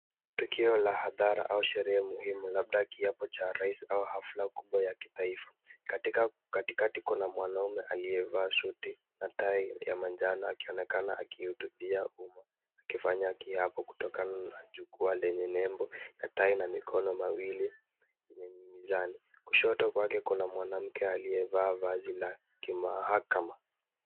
Tukio la hadhara au sherehe muhimu labda kiapo cha rais au hafla kubwa ya kitaifa. Katika katikati kuna mwanaume aliyevaa suti na tai ya manjano akionekana akihutubia umma. Akifanya kiapo kutokana na jukwaa lenye nembo ya tai na mikono mawili yenye mizani. Kushoto kwake kuna mwanamke aliyevaa vazi la kimahakama.